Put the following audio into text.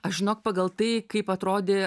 aš žinok pagal tai kaip atrodė